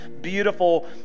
beautiful